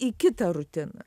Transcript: į kitą rutiną